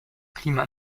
klima